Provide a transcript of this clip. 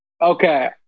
Okay